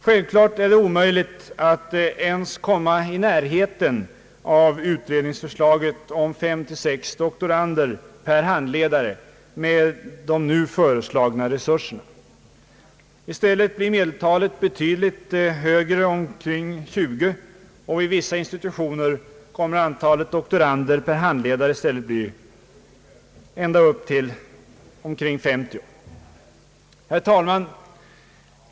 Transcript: Självklart är det omöjligt att ens komma i närheten av utredningsförslaget om fem å sex doktorander per handledare med de nu föreslagna resurserna. I stället blir medeltalet betydligt högre, omkring 20, och vid vissa institutioner kommer antalet doktorander per handledare att bli ända upp till omkring 50. Herr talman!